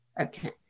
Okay